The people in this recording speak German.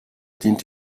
dient